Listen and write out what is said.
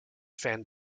fan